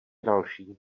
další